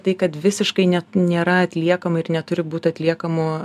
tai kad visiškai net nėra atliekama ir neturi būt atliekamų